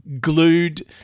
glued